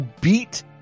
beat